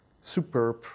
superb